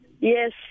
Yes